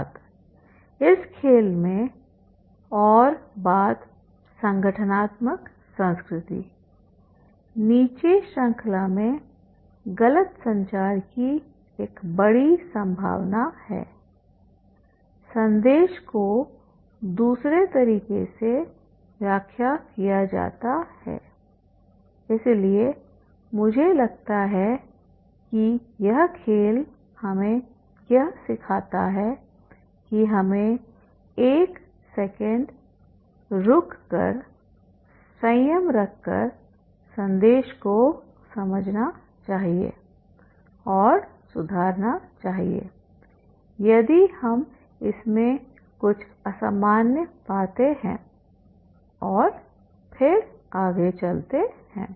छात्र इस खेल में एक और बात संगठनात्मक संस्कृति नीचे श्रृंखला में गलत संचार की एक बड़ी संभावना है संदेश को दूसरे तरीके से व्याख्या किया जाता है इसलिए मुझे लगता है कि यह खेल हमें यह सिखाता है कि हमें एक सेकंड रुक कर संयम रखकर संदेश को समझना चाहिए और सुधारना चाहिए यदि हम इसमें कुछ असामान्य पाते हैं और फिर आगे चलते हैं